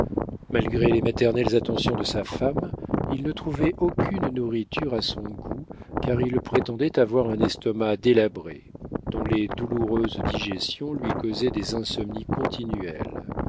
malgré les maternelles attentions de sa femme il ne trouvait aucune nourriture à son goût car il prétendait avoir un estomac délabré dont les douloureuses digestions lui causaient des insomnies continuelles